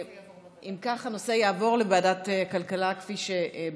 אם כך, הנושא יעבור לוועדת הכלכלה כפי שביקשתם.